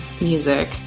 music